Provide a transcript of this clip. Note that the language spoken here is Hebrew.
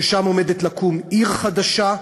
ושם עומדת לקום עיר חדשה.